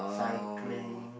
cycling